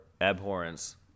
abhorrence